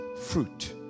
fruit